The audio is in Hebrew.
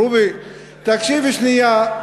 רובי, תקשיב שנייה.